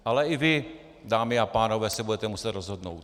Ale i vy, dámy a pánové, se budete muset rozhodnout.